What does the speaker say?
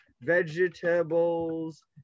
Vegetables